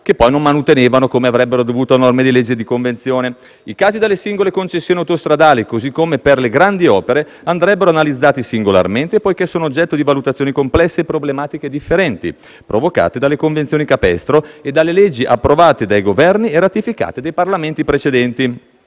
che poi non manutenevano come avrebbero dovuto a norma di legge e di convenzione. I casi delle singole concessioni autostradali, così come per le grandi opere, andrebbero analizzati singolarmente poiché sono oggetto di valutazioni complesse e problematiche differenti, provocate dalle convenzioni capestro e dalle leggi approvate dai Governi e ratificate dai Parlamenti precedenti.